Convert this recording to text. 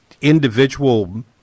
individual